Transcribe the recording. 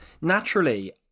naturally